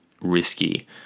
risky